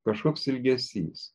kažkoks ilgesys